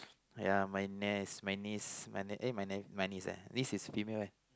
ya my niece my niece my niece eh my niece eh niece is female kan